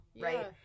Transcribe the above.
right